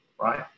right